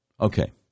Okay